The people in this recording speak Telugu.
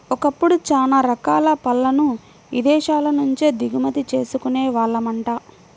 ఒకప్పుడు చానా రకాల పళ్ళను ఇదేశాల నుంచే దిగుమతి చేసుకునే వాళ్ళమంట